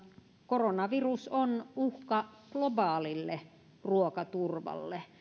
koronavirus on uhka globaalille ruokaturvalle